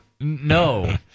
No